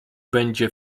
będzie